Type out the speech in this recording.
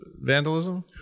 vandalism